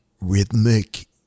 rhythmic